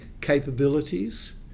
capabilities